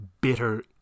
Bitter